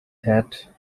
hat